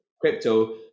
crypto